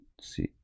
see